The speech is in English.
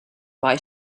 why